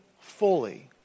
fully